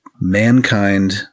mankind